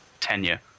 tenure